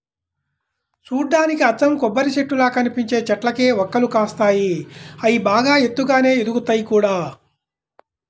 చూడ్డానికి అచ్చం కొబ్బరిచెట్టుల్లా కనిపించే చెట్లకే వక్కలు కాస్తాయి, అయ్యి బాగా ఎత్తుగానే ఎదుగుతయ్ గూడా